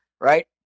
right